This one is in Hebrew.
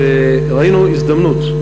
וראינו הזדמנות.